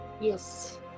Yes